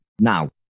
now